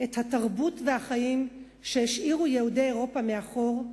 את התרבות והחיים שהשאירו יהודי אירופה מאחור,